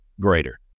greater